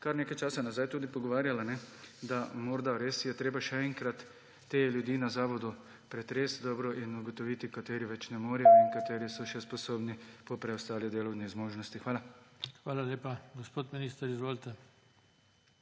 kar nekaj časa nazaj tudi pogovarjali, da morda res je treba še enkrat te ljudi na zavodu pretresti dobro in ugotoviti, kateri več ne morejo in kateri so še sposobni po preostalih delovni zmožnosti. Hvala. PODPREDSEDNIK JOŽE TANKO: Hvala lepa Gospod minister, izvolite.